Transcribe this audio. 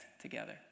together